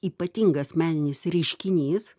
ypatingas meninis reiškinys